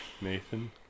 Nathan